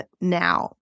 now